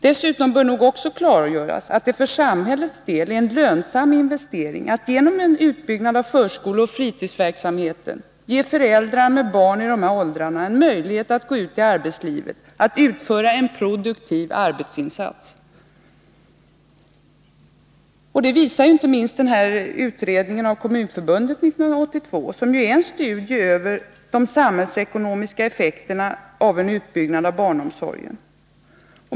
Dessutom bör nog också klargöras att det för samhällets del är en lönsam investering att — genom en utbyggnad av förskoleoch fritidshemsverksamheten — ge föräldrar med barn i dessa åldrar en möjlighet att gå ut i arbetslivet, att utföra en produktiv arbetsinsats. Detta visar inte minst den utredning som gjorts av Kommunförbundet 1982 och som är en studie över de samhällsekonomiska effekterna av en utbyggnad av barnomsorgen.